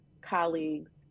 colleagues